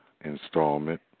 installment